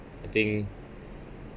I think